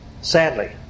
Sadly